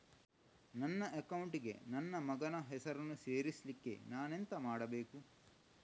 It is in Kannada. ನನ್ನ ಅಕೌಂಟ್ ಗೆ ನನ್ನ ಮಗನ ಹೆಸರನ್ನು ಸೇರಿಸ್ಲಿಕ್ಕೆ ನಾನೆಂತ ಮಾಡಬೇಕು?